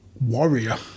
warrior